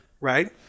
Right